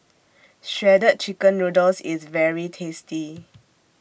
Shredded Chicken Noodles IS very tasty